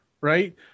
right